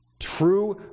True